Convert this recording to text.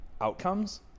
outcomes